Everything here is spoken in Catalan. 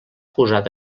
posat